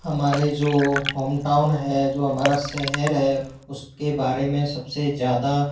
हमारा जो होमटाउन है जो हमारा शहर है उसके बारे में सब से ज़्यादा